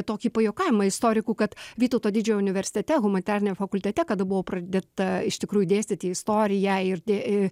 tokį pajuokavimą istorikų kad vytauto didžiojo universitete humanitariniam fakultete kada buvo pradėta iš tikrųjų dėstyti istorija ir i